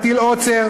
נטיל עוצר,